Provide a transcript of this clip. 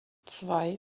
zwei